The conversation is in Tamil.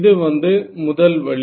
இது வந்து முதல் வழி